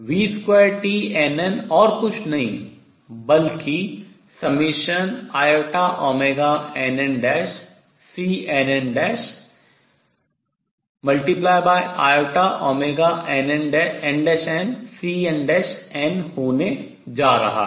v2tnn और कुछ नहीं बल्कि ∑innCnninnCnn होने जा रहा है